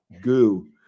goo